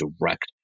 direct